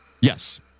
Yes